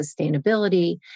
sustainability